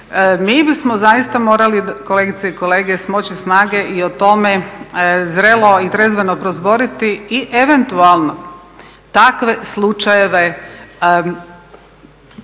Mi bismo zaista morali kolegice i kolege smoći snage i o tome zrelo i trezveno prozboriti i eventualno u takvim slučajevima